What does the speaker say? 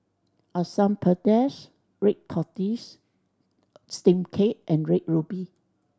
Asam Pedas red tortoise steamed cake and Red Ruby